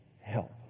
Help